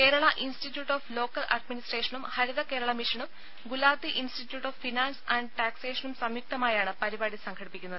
Kerala institute of local അഡ്മിനിസ്ട്രേഷനും ഹരിത കേരള മിഷനും Gulati institute of finance and ടാക്സേഷനും സംയുക്തമായാണ് പരിപാടി സംഘടിപ്പിക്കുന്നത്